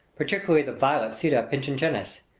particularly the violet sida pichinchensis,